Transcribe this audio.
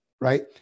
right